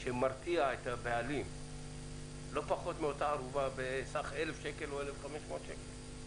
שמרתיע את הבעלים לא פחות מאותה ערובה בסך 1,000 1,500 שקלים?